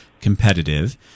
competitive